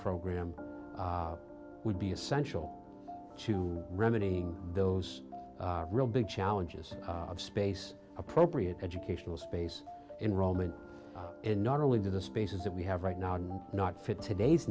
program would be essential to remedying those real big challenges of space appropriate educational space enrollment and not only do the spaces that we have right now not fit today's